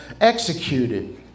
executed